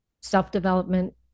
self-development